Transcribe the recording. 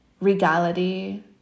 regality